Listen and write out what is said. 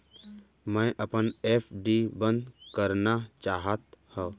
मै अपन एफ.डी बंद करना चाहात हव